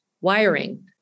wiring